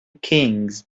kings